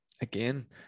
again